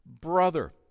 brother